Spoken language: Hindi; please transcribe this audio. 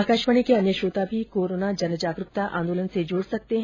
आकाशवाणी के अन्य श्रोता भी कोरोना जनजागरुकता आंदोलन से जुड सकते हैं